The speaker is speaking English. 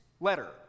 letter